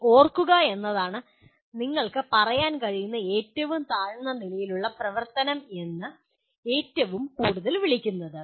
ശരി ഓർക്കുക എന്നതാണ് നിങ്ങൾക്ക് പറയാൻ കഴിയുന്ന ഏറ്റവും താഴ്ന്ന നിലയിലുള്ള പ്രവർത്തനം എന്ന് ഏറ്റവും കൂടുതൽ വിളിക്കുന്നത്